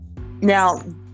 now